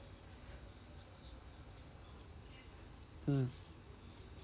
mm